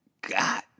God